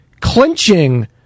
clinching